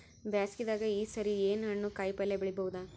ಬ್ಯಾಸಗಿ ದಾಗ ಈ ಸರಿ ಏನ್ ಹಣ್ಣು, ಕಾಯಿ ಪಲ್ಯ ಬೆಳಿ ಬಹುದ?